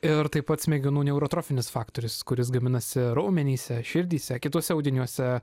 ir taip pat smegenų neurotrofinis faktorius kuris gaminasi raumenyse širdyse kituose audiniuose